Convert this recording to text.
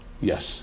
Yes